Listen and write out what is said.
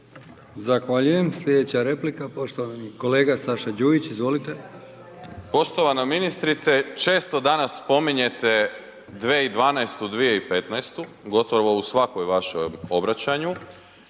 Zahvaljujem. Slijedeća replika, poštovani kolega Saša Đujić, izvolite. **Đujić, Saša (SDP)** Poštovana ministrice, često danas spominjete 2012., 2015., gotovo u svakom vašem obraćanju